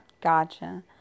Gotcha